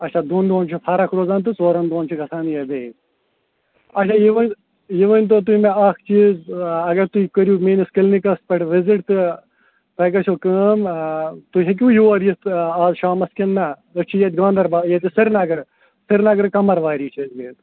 اچھا دۄن دۄہَن چھو فرق روزان تہٕ ژورَن دۄہَن چھِ گژھان یہِ بیٚیہِ اچھا یہِ ؤنۍ یہِ ؤنۍتو تُہۍ مےٚ اکھ چیٖز اگر تُہۍ کٔرِو میٛٲنِس کِلنِکَس پٮ۪ٹھ وِزِٹ تہٕ تۄہہِ گَژھیو کٲم تُہۍ ہیٚکِوٕ یور یِتھ آز شامَس کِنہٕ نہ أسۍ چھِ ییٚتہِ گاندربل ییٚتہِ سری نگرٕ سری نگرٕ کَمرواری چھِ أسۍ بِہِتھ